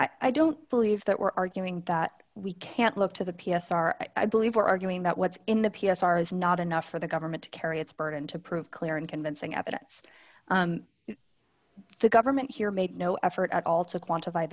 honor i don't believe that we're arguing that we can't look to the p s r i believe we're arguing that what's in the p s r is not enough for the government to carry its burden to prove clear and convincing evidence the government here made no effort at all to quantify